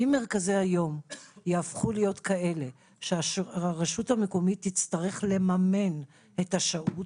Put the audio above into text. אם מרכזי היום יהפכו להיות כאלה שהרשות המקומית תצטרך לממן את השהות,